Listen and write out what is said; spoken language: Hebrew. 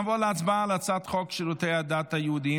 נעבור להצבעה על הצעת חוק שירותי הדת היהודיים